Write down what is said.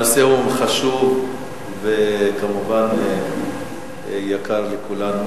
הנושא הוא חשוב וכמובן יקר לכולנו,